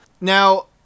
Now